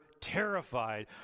terrified